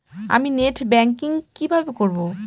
আমি net banking কিভাবে করব?